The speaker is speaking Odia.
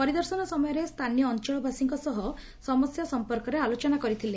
ପରିଦର୍ଶନ ସମୟରେ ସ୍ତାନୀୟ ଅଞ୍ଞଳବାସୀଙ୍କ ସହ ସମସ୍ୟା ସମ୍ପର୍କରେ ଆଲୋଚନା କରିଥିଲେ